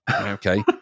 Okay